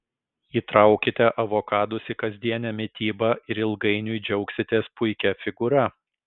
įtraukite avokadus į kasdienę mitybą ir ilgainiui džiaugsitės puikia figūra